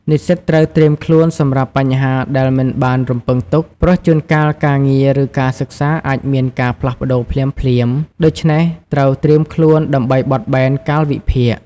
និស្សិតត្រូវត្រៀមខ្លួនសម្រាប់បញ្ហាដែលមិនបានរំពឹងទុក ព្រោះជួនកាលការងារ ឬការសិក្សាអាចមានការផ្លាស់ប្ដូរភ្លាមៗ ដូច្នេះត្រូវត្រៀមខ្លួនដើម្បីបត់បែនកាលវិភាគ។